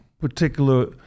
particular